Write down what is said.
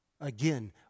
Again